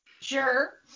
sure